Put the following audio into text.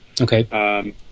Okay